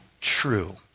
true